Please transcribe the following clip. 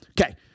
Okay